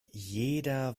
jeder